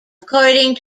according